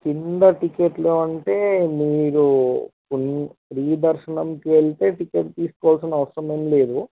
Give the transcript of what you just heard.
క్రింద టిక్కెట్లు అంటే మీరు ఉండ ఫ్రీ దర్శనంకి వెళితే టికెట్ తీసుకోవాల్సిన అవసరమేం లేదు